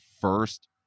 first